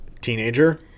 Teenager